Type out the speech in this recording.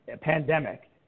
pandemic